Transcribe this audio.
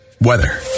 weather